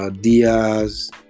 Diaz